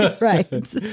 Right